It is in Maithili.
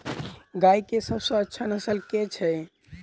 गाय केँ सबसँ अच्छा नस्ल केँ छैय?